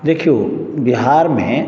देखियौ बिहारमे